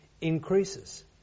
increases